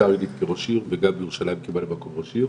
בביתר עילית כראש עיר וגם בירושלים כממלא מקום ראש עיר.